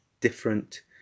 different